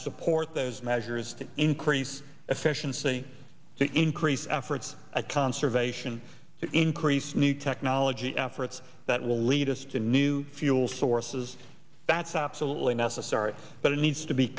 support those measures to increase efficiency to increase efforts a conservation to increase new technology efforts that will lead us to new fuel sources that's absolutely necessary but it needs to be